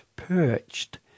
perched